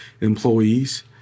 employees